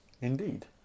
Indeed